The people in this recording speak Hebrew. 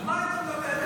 על מה היית מדבר?